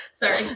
Sorry